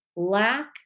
lack